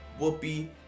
Whoopi